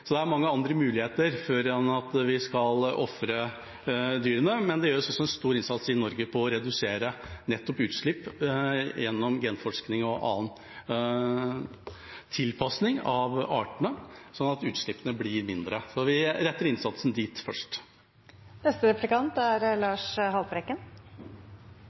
Så det er mange andre muligheter før vi ofrer dyrene, men det gjøres også en stor innsats i Norge for å redusere utslipp gjennom genforskning og annen tilpasning av artene, sånn at utslippene blir mindre. Vi retter innsatsen dit først.